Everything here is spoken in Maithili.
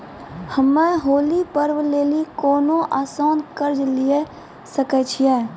हम्मय होली पर्व लेली कोनो आसान कर्ज लिये सकय छियै?